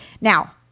Now